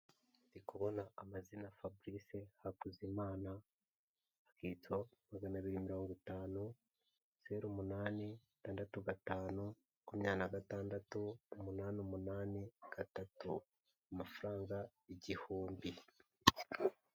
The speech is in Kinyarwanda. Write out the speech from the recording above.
Ndi kubona amazina Fabrice Hakuzimana akitso magana abiri mirongo itanu, zeru umunani itandatu gatanu makumyabiri nagatandatu umunani umunani gatatu amafaranga igihumbi.